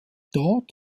dort